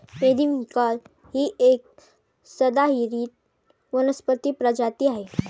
periwinkle ही एक सदाहरित वनस्पती प्रजाती आहे